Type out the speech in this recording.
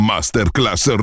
Masterclass